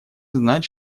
знать